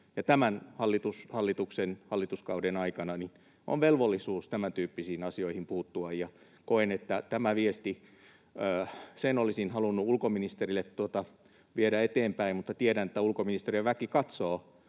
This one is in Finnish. tämän hallituksen, hallituskauden aikana velvollisuus tämäntyyppisiin asioihin puuttua, ja koen, että tämän viestin olisin halunnut ulkoministerille viedä eteenpäin, mutta tiedän, että ulkoministeriön väki katsoo